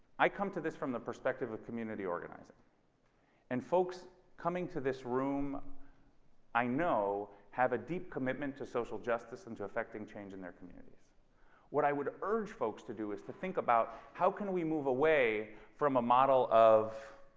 i come to this from the perspective of community organizing and folks coming to this room i know have a deep commitment to social justice and to effecting change in their community what i would urge folks to do is to think about how can we move away from a model of